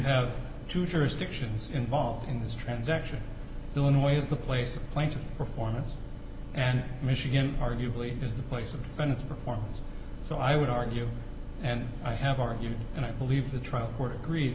have two jurisdictions involved in this transaction illinois is the place of plaintiff performance and michigan arguably is the place of fairness performance so i would argue and i have argued and i believe the trial court agree